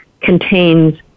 contains